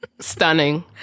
Stunning